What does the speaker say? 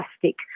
plastic